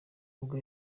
ubwo